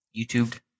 youtube